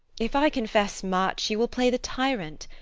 if i confess much, you will play the tyrant.